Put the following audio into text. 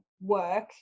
work